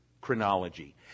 chronology